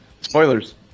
Spoilers